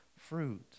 fruit